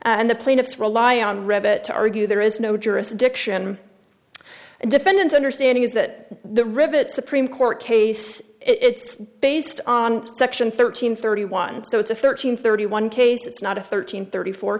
and the plaintiffs rely on to argue there is no jurisdiction and defendants understanding is that the rivet supreme court case it's based on section thirteen thirty one so it's a thirteen thirty one case it's not a thirteen thirty four